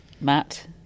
Matt